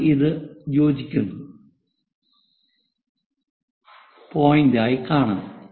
നമ്മൾ ഇത് യോജിക്കുന്നു പോയിന്റായി കാണും